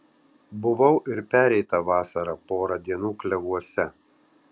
buvau ir pereitą vasarą porą dienų klevuose